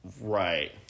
Right